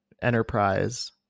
enterprise